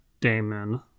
damon